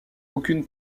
aucune